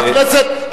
בכנסת,